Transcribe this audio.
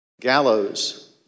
Gallows